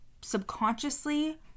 subconsciously